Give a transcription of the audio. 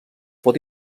pot